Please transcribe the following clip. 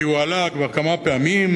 כי הוא עלה כבר כמה פעמים.